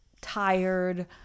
tired